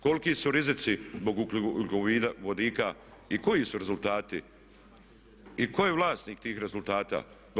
Koliki su rizici zbog ugljikovodika i koji su rezultati i tko je vlasnik tih rezultata?